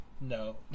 No